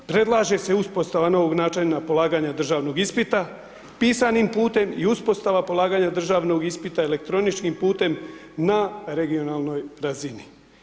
Predlaže se uspostava novog načina polaganja državnog ispita, pisanim putem i uspostava polaganja državnog ispita elektroničkim putem na regionalnoj razini.